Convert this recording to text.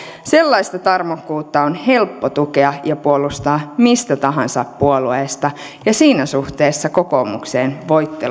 sellaista tarmokkuutta on helppo tukea ja puolustaa mistä tahansa puolueesta ja siinä suhteessa kokoomukseen voitte